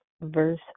verse